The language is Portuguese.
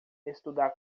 estudar